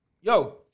yo